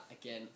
again